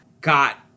got